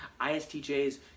ISTJs